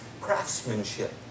craftsmanship